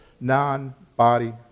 non-body